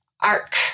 arc